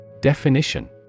Definition